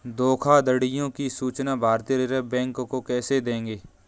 धोखाधड़ियों की सूचना भारतीय रिजर्व बैंक को कैसे देंगे?